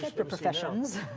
for professions.